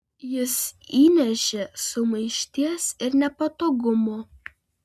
jis įnešė sumaišties ir nepatogumo